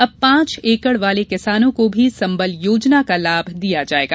अब पांच एकड वाले किसानों को भी संबल योजना का लाभ दिया जायेगा